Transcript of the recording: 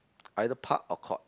either park or court